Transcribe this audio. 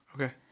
Okay